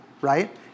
right